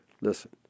Listen